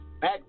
back